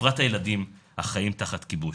ובפרט הילדים החיים תחת כיבוש.